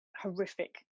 horrific